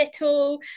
little